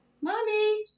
mommy